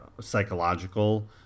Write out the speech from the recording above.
psychological